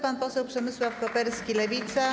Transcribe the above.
Pan poseł Przemysław Koperski, Lewica.